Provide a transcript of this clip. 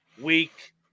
week